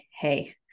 Hey